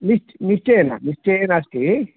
निश् निश्चयेन निश्चयेन अस्ति